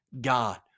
god